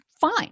fine